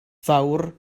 fawr